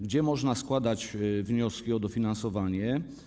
Gdzie można składać wnioski o dofinansowanie?